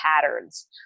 patterns